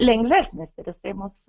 lengvesnis ir jisai mus